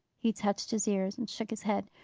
he touched his ears, and shook his head,